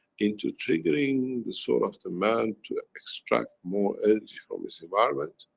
into triggering the soul of the man to extract more energy from his environment,